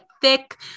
thick